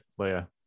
Leia